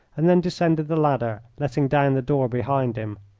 and then descended the ladder, letting down the door behind him.